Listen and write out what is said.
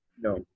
no